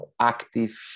active